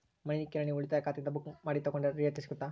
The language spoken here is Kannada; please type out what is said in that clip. ಮನಿ ಕಿರಾಣಿ ಉಳಿತಾಯ ಖಾತೆಯಿಂದ ಬುಕ್ಕು ಮಾಡಿ ತಗೊಂಡರೆ ರಿಯಾಯಿತಿ ಸಿಗುತ್ತಾ?